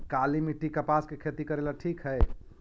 काली मिट्टी, कपास के खेती करेला ठिक हइ?